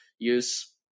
use